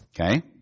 Okay